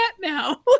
now